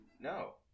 No